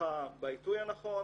דיווחה בעיתוי הנכון,